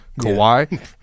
Kawhi